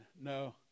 no